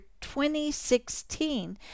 2016